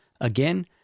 Again